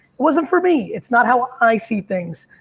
it wasn't for me. it's not how i see things.